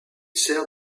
sert